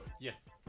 Yes